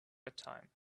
bedtime